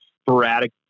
sporadic